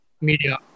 media